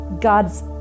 God's